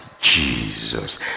Jesus